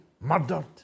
murdered